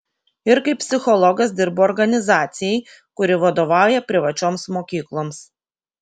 ir kaip psichologas dirbu organizacijai kuri vadovauja privačioms mokykloms